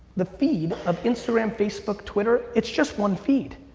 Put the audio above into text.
the feed of instagram, facebook, twitter, it's just one feed.